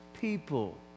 people